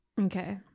Okay